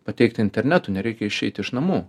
pateikti internetu nereikia išeiti iš namų